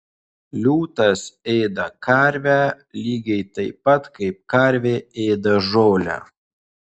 liūtas ėda karvę lygiai taip pat kaip karvė ėda žolę